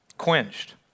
quenched